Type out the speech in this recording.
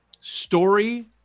story